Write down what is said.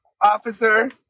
Officer